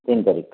ତିନ ତାରିଖ